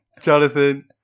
Jonathan